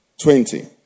Twenty